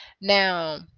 now